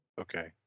Okay